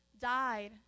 died